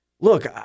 Look